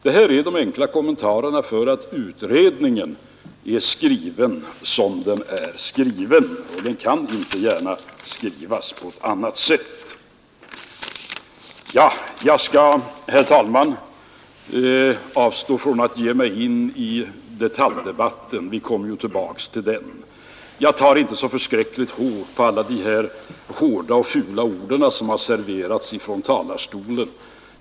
Detta är de enkla förklaringarna till att direktiven för utredningen har blivit sådana de är; de kan inte gärna skrivas på annat sätt. Herr talman! Jag skall avstå från att gå in i en detaljdebatt — den kommer vi ju tillbaka till. Jag tar inte alla de fula och hårda ord som serverats från talarstolen så förskräckligt hårt.